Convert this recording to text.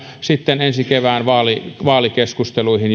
sitten ensi kevään vaalikeskusteluihin